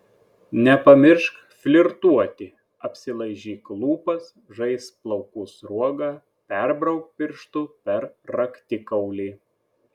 nepamiršk flirtuoti apsilaižyk lūpas žaisk plaukų sruoga perbrauk pirštu per raktikaulį